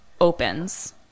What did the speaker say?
opens